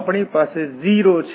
તો આપણી પાસે 0